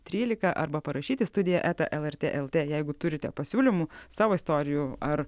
trylika arba parašyti studija eta lrt lt jeigu turite pasiūlymų savo istorijų ar